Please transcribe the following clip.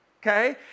okay